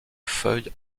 feuilles